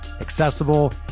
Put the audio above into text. accessible